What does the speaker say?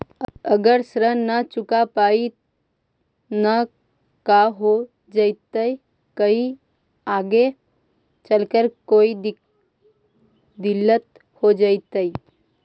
अगर ऋण न चुका पाई न का हो जयती, कोई आगे चलकर कोई दिलत हो जयती?